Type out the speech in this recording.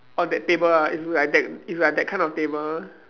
on that table ah it's like that it's like that kind of table